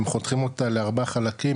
הם חותכים אותה לארבעה חלקים,